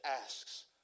asks